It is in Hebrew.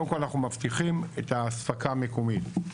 קודם כל אנחנו מבטיחים את האספקה המקומית.